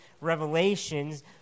revelations